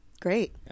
Great